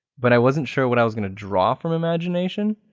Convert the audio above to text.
but i wasn't sure when i was going to draw from imagination.